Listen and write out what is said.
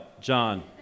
John